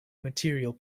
material